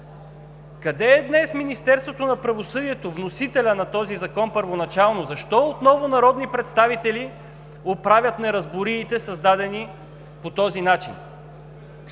Къде е днес Министерството на правосъдието – вносителят на този закон, първоначално? Защо отново народни представители оправят неразбориите, създадени по този начин?